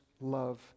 love